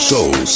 Soul